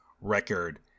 record